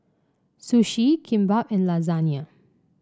Sushi Kimbap and Lasagne